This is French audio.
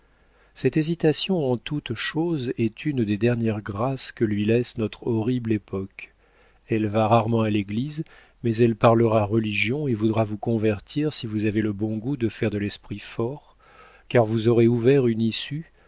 cette hésitation en toute chose est une des dernières grâces que lui laisse notre horrible époque elle va rarement à l'église mais elle parlera religion et voudra vous convertir si vous avez le bon goût de faire l'esprit fort car vous aurez ouvert une issue